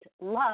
love